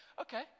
Okay